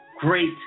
Great